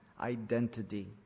identity